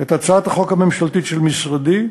את הצעת החוק הממשלתית של משרדי,